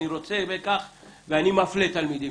אני רוצה בכך ואני מפלה תלמידים.